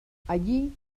allí